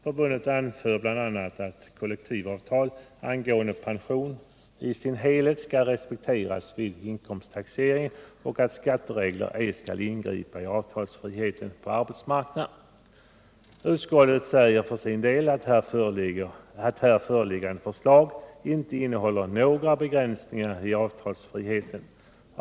Förbundet anför bl.a. att kollektivavtal angående pension i sin helhet skall respekteras vid inkomsttaxeringen och att skattereglerna ej skall ingripa i avtalsfriheten på arbetsmarknaden. Utskottet säger för sin del att här föreliggande förslag inte innehåller några begränsningar i avtalsfriheten.